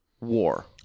war